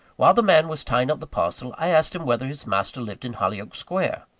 while the man was tying up the parcel, i asked him whether his master lived in hollyoake square.